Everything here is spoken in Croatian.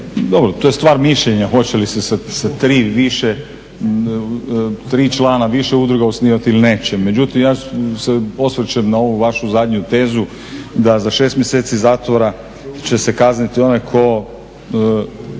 dobro to je stvar mišljenja hoće li se sa tri ili više, tri člana više udruga osnivati ili neće. Međutim, ja se osvrćem na ovu vašu zadnju tezu da za šest mjeseci zatvora će se kazniti onaj tko